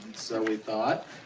so we thought